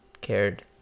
cared